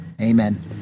amen